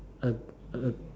uh uh